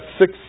six